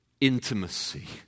intimacy